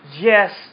yes